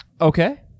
Okay